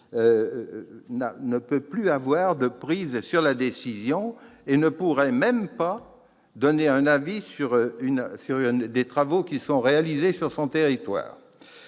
n'aurait plus de prise sur la décision et ne pourrait même pas donner un avis sur des travaux réalisés sur son territoire.